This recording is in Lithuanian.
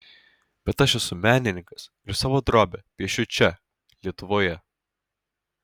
bet aš esu menininkas ir savo drobę piešiu čia lietuvoje